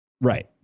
Right